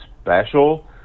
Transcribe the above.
special